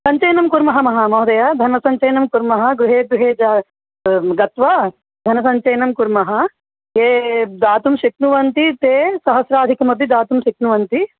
पञ्चदिनं कुर्मः महा महोदय धनसञ्चयनं कुर्मः गृहे गृहे जा गत्वा धनसञ्चयनं कुर्मः ये दातुं शक्नुवन्ति ते सहस्राधिकमपि दातुं शक्नुवन्ति